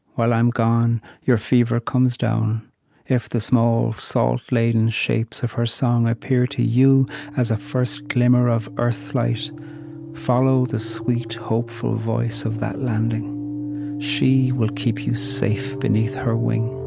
while i'm gone, your fever comes down if the small, salt-laden shapes of her song appear to you as a first glimmer of earth-light follow the sweet, hopeful voice of that landing she will keep you safe beneath her wing.